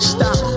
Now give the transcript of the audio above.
Stop